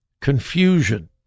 confusion